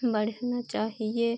बढ़ना चाहिए